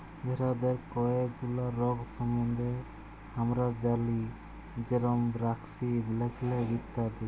ভেরাদের কয়ে গুলা রগ সম্বন্ধে হামরা জালি যেরম ব্র্যাক্সি, ব্ল্যাক লেগ ইত্যাদি